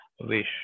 wish